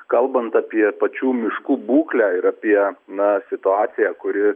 kalbant apie pačių miškų būklę ir apie na situaciją kuri